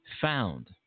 found